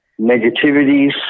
negativities